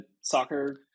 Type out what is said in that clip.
soccer